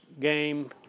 game